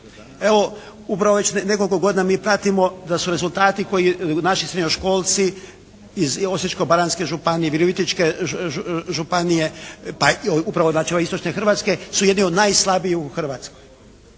Evo upravo već pred nekoliko godina mi pratimo da su rezultati koje naši srednjoškolci iz Osječko-baranjske županije, Virovitičke županije pa upravo znači ove istočne Hrvatske su jedni od najslabijih u Hrvatskoj.